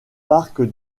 parc